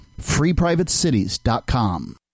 FreePrivateCities.com